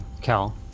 Cal